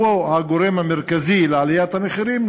שהוא הגורם המרכזי לעליית המחירים,